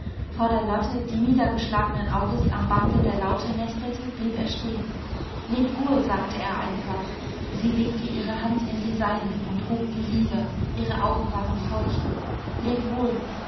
vor der lotte die niedergeschlagenen auges am bande der laute nestelte blieb er stehen lebwohl sagte er einfach sie legte ihre hand in die seine und hob die lider ihre augen waren feucht lebwohl